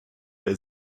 der